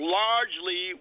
largely